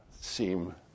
seem